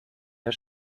der